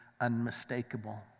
unmistakable